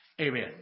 Amen